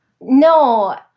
no